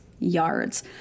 Yards